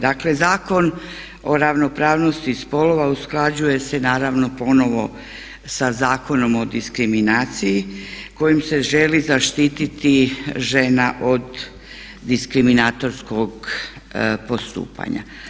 Dakle, Zakon o ravnopravnosti spolova usklađuje se naravno ponovno sa Zakonom o diskriminaciji kojim se želi zaštiti žena od diskriminatorskog postupanja.